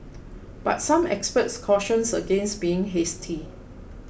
but some experts cautioned against being hasty